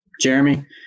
Jeremy